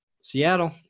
Seattle